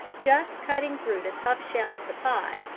just cutting through the tough shell of the pod,